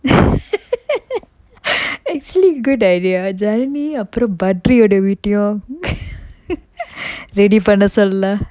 actually good idea dharani அப்புறம்:appuram bhadri யோட வீட்டையும்:yoda veettayum ready பண்ண சொல்லலாம்:panna sollalam